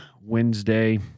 Wednesday